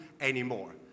anymore